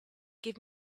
give